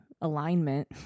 alignment